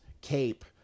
cape